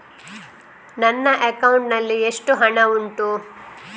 ನನ್ನ ಅಕೌಂಟ್ ನಲ್ಲಿ ಎಷ್ಟು ಹಣ ಉಂಟು?